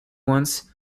once